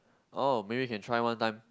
oh maybe can try one time